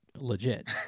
Legit